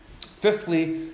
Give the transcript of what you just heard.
Fifthly